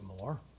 more